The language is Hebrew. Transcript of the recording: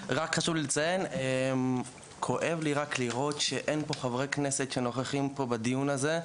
חשוב לי לציין שכואב לי לראות שאין חברי כנסת שנוכחים בדיון הזה,